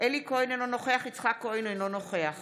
אלי כהן, אינו נוכח יצחק כהן, אינו נוכח